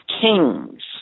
kings